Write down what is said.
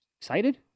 Excited